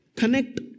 Connect